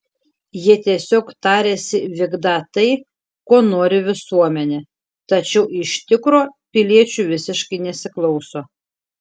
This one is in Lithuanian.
jie tiesiog tariasi vykdą tai ko nori visuomenė tačiau iš tikro piliečių visiškai nesiklauso